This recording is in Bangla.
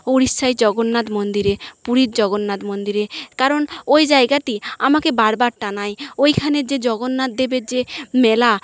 উড়িষ্যায় জগন্নাথ মন্দিরে পুরীর জগন্নাথ মন্দিরে কারণ ওই জায়গাটি আমাকে বারবার টানায় ওইখানের যে জগন্নাথ দেবের যে মেলা